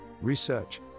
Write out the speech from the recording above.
research